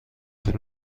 طول